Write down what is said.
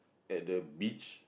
at the beach